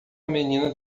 menina